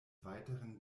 weiteren